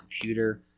computer